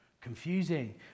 confusing